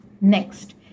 Next